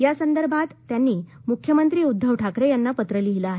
यासंदर्भात त्यांनी मुख्यमंत्री उद्धव ठाकरे यांना पत्र लिहिल आहे